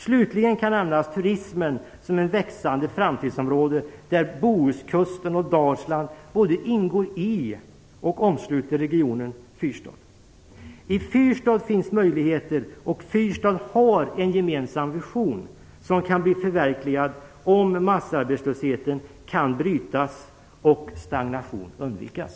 Slutligen kan nämnas turismen som ett växande framtidsområde, där Bohuskusten och Dalsland både ingår i och omsluter regionen Fyrstad. I Fyrstad finns möjligheter, och Fyrstad har en gemensam vision som kan bli förverkligad om massarbetslösheten kan brytas och stagnation undvikas.